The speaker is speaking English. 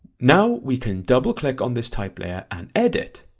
now we can double click on this type layer and edit,